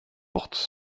portent